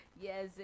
yes